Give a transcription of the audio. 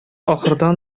ахырда